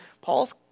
Paul's